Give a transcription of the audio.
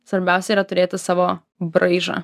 svarbiausia yra turėti savo braižą